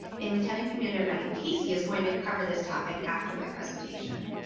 and lieutenant commander megan casey is going to cover this topic after my presentation.